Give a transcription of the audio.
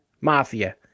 Mafia